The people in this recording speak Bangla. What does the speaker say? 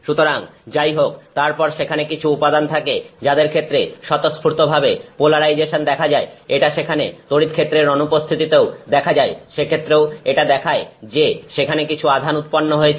সুতরাং যাই হোক তারপর সেখানে কিছু উপাদান থাকে যাদের ক্ষেত্রে স্বতঃস্ফূর্তভাবে পোলারাইজেশন দেখা যায় এটা সেখানে তড়িৎক্ষেত্রের অনুপস্থিতিতেও দেখা যায় সেক্ষেত্রেও এটা দেখায় যে সেখানে কিছু আধান উৎপন্ন হয়েছে